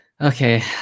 okay